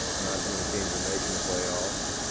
not as many teams are making the playoffs.